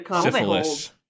syphilis